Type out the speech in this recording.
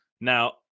now